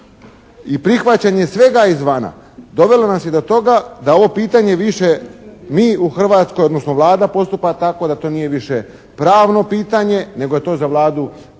i prihvaćanje svega izvana, dovelo nas je do toga da ovo pitanje više mi u Hrvatskoj, odnosno Vlada postupa tako da to nije više pravno pitanje nego je to za Vladu